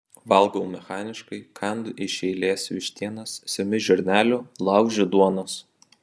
valgau mechaniškai kandu iš eilės vištienos semiu žirnelių laužiu duonos